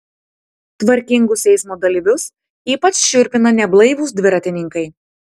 tvarkingus eismo dalyvius ypač šiurpina neblaivūs dviratininkai